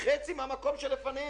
חצי מהמקום שלפניה.